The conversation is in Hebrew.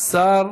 השר